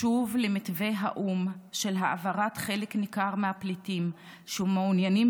לשוב למתווה האו"ם של העברת חלק ניכר מהפליטים שמעוניינים